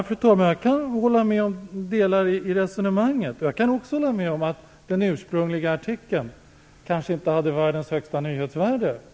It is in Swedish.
Fru talman! Jag kan hålla med om delar av resonemanget, och jag kan också hålla med om att den ursprungliga artikeln kanske inte hade världens högsta nyhetsvärde.